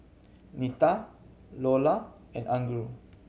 Nita Iola and Alger